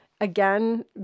again